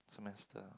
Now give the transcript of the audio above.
semester